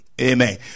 Amen